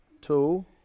two